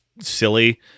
silly